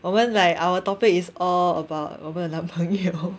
我们 like our topic is all about 我们的男朋友